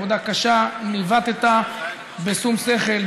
עבודה קשה: ניווטת בשום שכל,